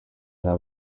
that